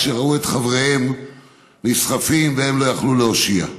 כשראו את חבריהם נסחפים והם לא יכלו להושיע.